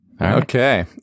Okay